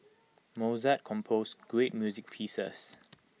Mozart composed great music pieces